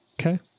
okay